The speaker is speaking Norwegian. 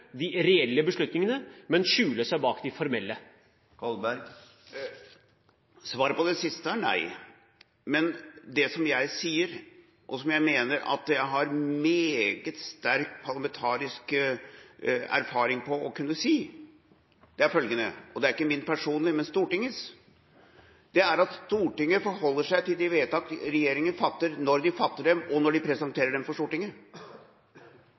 de reelle beslutningene og skjule seg bak de formelle? Svaret på det siste er nei. Det jeg sier og mener jeg har meget sterk parlamentarisk erfaring for å kunne si, er følgende – og det er ikke min personlige oppfatning, men Stortingets – Stortinget forholder seg til de vedtak regjeringa fatter, når de fatter dem, og når de presenterer dem for Stortinget.